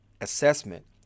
assessment